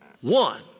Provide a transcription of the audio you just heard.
one